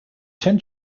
ten